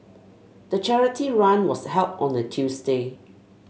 the charity run was held on a Tuesday